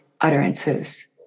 utterances